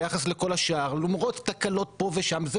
ביחס לכל השאר למרות תקלות פה ושם אלה